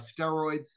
steroids